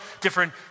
different